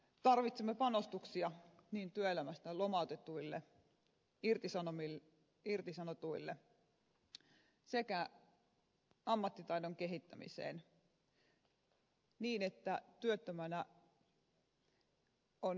tarvitsemme panostuksia niin työelämästä lomautetuille kuin irtisanotuille sekä ammattitaidon kehittämiseen